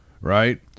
right